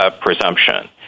presumption